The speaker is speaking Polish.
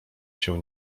się